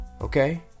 Okay